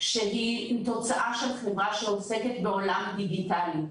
שהיא תוצאה של חברה שעוסקת בעולם הדיגיטלי.